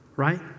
right